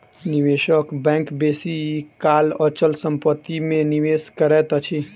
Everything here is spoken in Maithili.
निवेशक बैंक बेसी काल अचल संपत्ति में निवेश करैत अछि